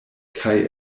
kaj